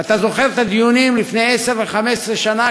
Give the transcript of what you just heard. ואתה זוכר את הדיונים לפני עשר ו-15 שנה,